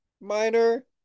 minor